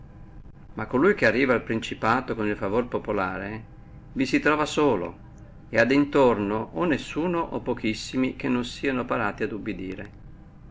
ma colui che arriva al principato con il favore popolare vi si trova solo e ha intorno o nessuno o pochissimi che non sieno parati a obedire